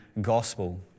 gospel